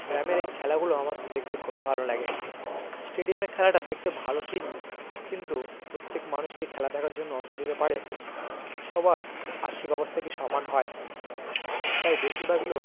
গ্রামের এই খেলাগুলো আমার তো দেখতে খুবই ভালো লাগে স্টেডিয়ামের খেলাটা দেখতে ভালো ঠিকই কিন্তু প্রত্যেক মানুষ কি খেলা দেখার জন্য অর্থ দিতে পারে সবার আর্থিক অবস্থা কি সমান হয় তাই বেশির ভাগ লোক